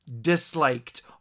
disliked